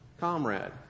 Comrade